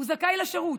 הוא זכאי לשירות.